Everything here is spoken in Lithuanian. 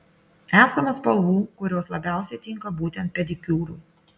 esama spalvų kurios labiausiai tinka būtent pedikiūrui